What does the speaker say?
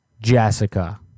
Jessica